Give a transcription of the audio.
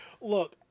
Look